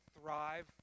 thrive